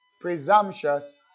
Presumptuous